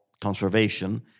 conservation